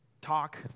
talk